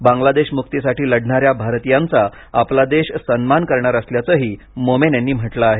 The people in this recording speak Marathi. बांगलादेश मुक्तीसाठी लढणाऱ्या भारतीयांचा आपला देश सन्मान करणार असल्याचंही मोमेन यांनी म्हटलं आहे